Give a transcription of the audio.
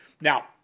Now